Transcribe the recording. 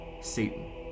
Satan